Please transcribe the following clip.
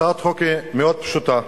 הצעת החוק היא מאוד פשוטה.